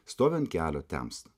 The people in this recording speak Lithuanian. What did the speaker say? stoviu ant kelio temsta